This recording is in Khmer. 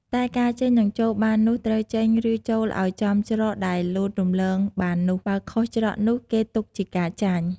តែការចេញនិងចូលបាននោះត្រូវចេញ ឬចួលឲ្យចំច្រកដែលលោតរំលងបាននោះ បើខុសច្រកនោះ គេទុកជាការចាញ់។